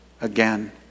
again